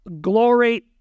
Glory